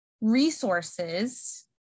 resources